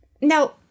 Now